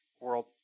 world